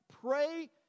pray